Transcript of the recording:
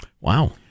Wow